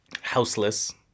Houseless